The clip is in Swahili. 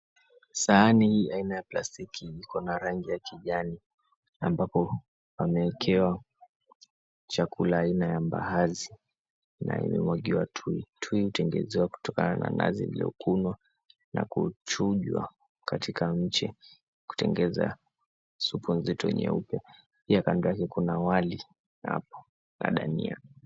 Sahani hii aina ya plastiki Iko na rangi ya kijani ambapo pameekewa chakula aina ya mbaazi na imemwagiwa tui, tui hutengezwa kutokana na nazi iliyokunwa na kuchujwa katika mche kutengeneza supu nzito nyeupe pia kando yake kuna wali hapo na dania.